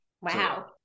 Wow